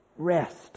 Rest